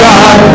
God